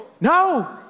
No